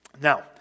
Now